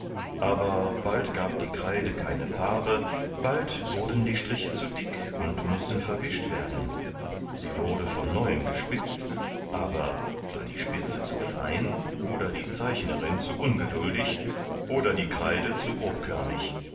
aber bald gab die kreide keine farbe bald wurden die striche zu dick und mußten verwischt werden sie wurde von neuem gespitzt aber war die spitze zu fein oder die zeichnerin zu ungeduldig oder die kreide zu grobkörnig